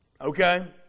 Okay